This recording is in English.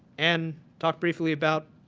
and talked briefly about